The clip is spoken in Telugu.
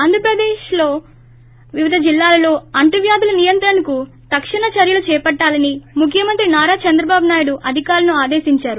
ఆంధ్రప్రదేశ్ వ్యాప్తంగా వివిధ జిల్లాలలో అంటు వ్యాధుల నియంత్రణకు తక్షణ చర్యలు చేపట్టాలని ముఖ్యమంత్రి నారా చంద్రబాబు నాయుడు అధికారులను ఆదేశించారు